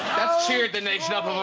cheered the nation up of a